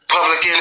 Public